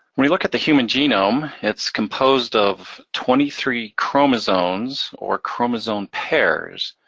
when you look at the human genome, it's composed of twenty three chromosomes or chromosome pairs.